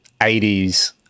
80s